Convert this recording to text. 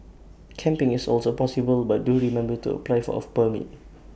camping is also possible but do remember to apply of A permit